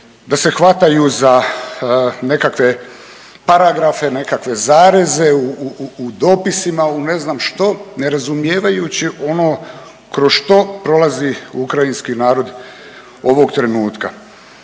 da se hvataju za nekakve paragrafe, nekakve zareze u dopisima, u ne znam što ne razumijevajući ono kroz što prolazi Ukrajinski narod ovog trenutka.